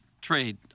trade